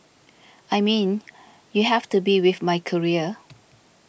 I mean you have to be with my career